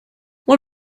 what